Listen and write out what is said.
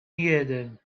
jeden